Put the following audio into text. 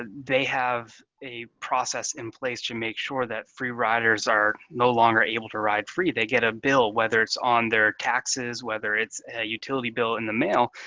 ah they have a process in place to make sure that free riders are no longer able to ride free. they get a bill, whether it's on their taxes, whether it's a utility bill in the mail,